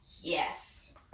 Yes